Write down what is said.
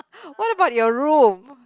what about your room